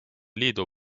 liidu